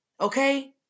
okay